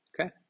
Okay